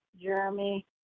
Jeremy